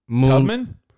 Tubman